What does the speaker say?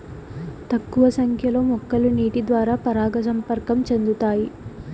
తక్కువ సంఖ్య లో మొక్కలు నీటి ద్వారా పరాగ సంపర్కం చెందుతాయి